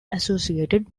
associated